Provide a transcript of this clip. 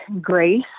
grace